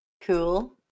Cool